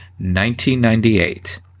1998